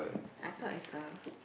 I though it's a